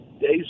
days